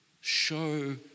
show